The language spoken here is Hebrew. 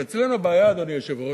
אבל אצלנו הבעיה, אדוני היושב-ראש,